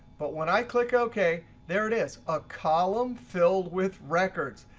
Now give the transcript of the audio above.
but when i click ok, there it is, a column filled with records.